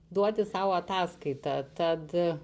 duoti sau ataskaitą tad